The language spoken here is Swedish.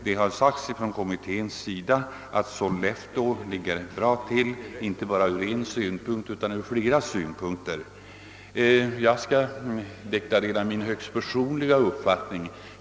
Det har sagts från kommitténs sida att Sollefteå ligger bra till ur flera synpunkter. Jag skall deklarera min högst personliga uppfattning.